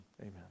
amen